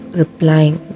replying